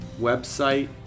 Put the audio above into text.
website